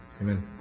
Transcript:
amen